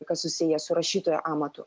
kas susiję su rašytojo amatu